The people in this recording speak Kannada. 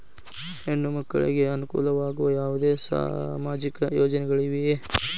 ಹೆಣ್ಣು ಮಕ್ಕಳಿಗೆ ಅನುಕೂಲವಾಗುವ ಯಾವುದೇ ಸಾಮಾಜಿಕ ಯೋಜನೆಗಳಿವೆಯೇ?